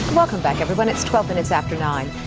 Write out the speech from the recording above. welcome back everyone, it's twelve minutes after nine.